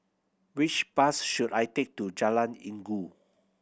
which bus should I take to Jalan Inggu